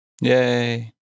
Yay